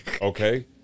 Okay